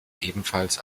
ebenfalls